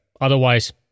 otherwise